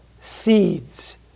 seeds